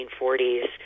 1940s